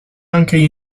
anche